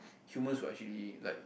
humans will actually like